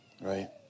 right